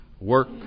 work